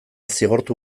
zigortu